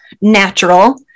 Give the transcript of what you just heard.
natural